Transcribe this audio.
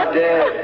dead